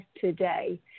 today